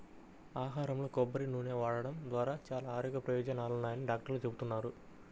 ఆహారంలో కొబ్బరి నూనె వాడటం ద్వారా చాలా ఆరోగ్య ప్రయోజనాలున్నాయని డాక్టర్లు చెబుతున్నారు